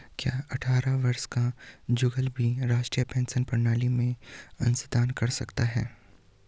क्या अट्ठारह वर्ष का जुगल भी राष्ट्रीय पेंशन प्रणाली में अंशदान कर सकता है?